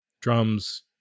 drums